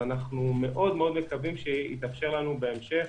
אנחנו מאוד מאוד מקווים שיתאפשר לנו בהמשך,